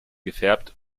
gefärbt